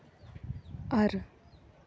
ᱟᱨ